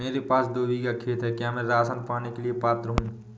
मेरे पास दो बीघा खेत है क्या मैं राशन पाने के लिए पात्र हूँ?